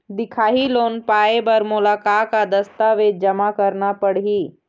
दिखाही लोन पाए बर मोला का का दस्तावेज जमा करना पड़ही?